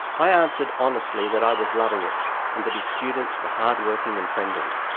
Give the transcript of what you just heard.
i answered honestly that i was loving it and that his students were hard-working and friendly.